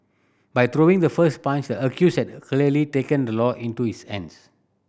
by throwing the first punch the accused had clearly taken the law into his hands